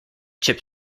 chip